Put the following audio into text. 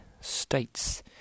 States